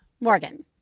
Morgan